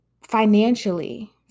financially